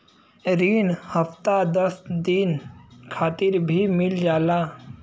रिन हफ्ता दस दिन खातिर भी मिल जाला